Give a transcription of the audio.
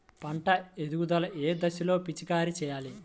పంట ఎదుగుదల ఏ దశలో పిచికారీ చేయాలి?